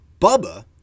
Bubba